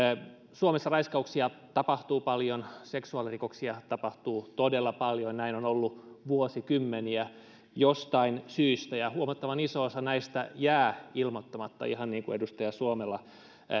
suomessa raiskauksia tapahtuu paljon seksuaalirikoksia tapahtuu todella paljon näin on ollut vuosikymmeniä jostain syystä ja huomattavan iso osa näistä jää ilmoittamatta ihan niin kuin edustaja suomela